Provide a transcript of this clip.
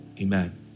amen